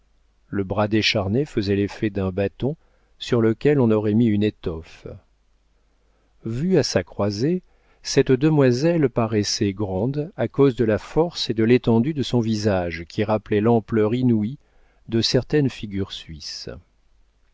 le bras décharné faisait l'effet d'un bâton sur lequel on aurait mis une étoffe vue à sa croisée cette demoiselle paraissait grande à cause de la force et de l'étendue de son visage qui rappelait l'ampleur inouïe de certaines figures suisses